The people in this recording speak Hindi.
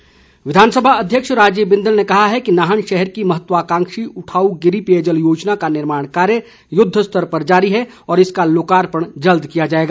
बिंदल विधानसभा अध्यक्ष राजीव बिंदल ने कहा है कि नाहन शहर की महत्वकांक्षी उठाऊ गिरि पेयजल योजना का निर्माण कार्य युद्धस्तर पर जारी है और इसका लोकार्पण किया जाएगा